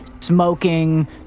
smoking